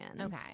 Okay